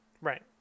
Right